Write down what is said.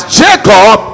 jacob